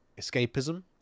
escapism